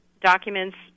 documents